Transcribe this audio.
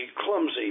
clumsy